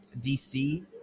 DC